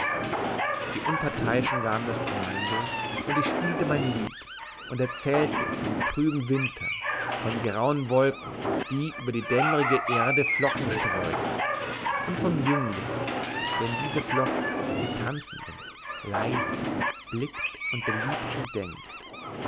die unparteiischen gaben das kommando und ich spielte mein lied und erzählte vom trüben winter von grauen wolken die über die dämmrige erde flocken streuen und vom jüngling der in diese flocken die tanzenden leisen blickt und der liebsten denkt